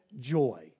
joy